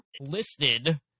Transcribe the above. listed